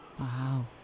Wow